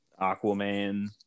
Aquaman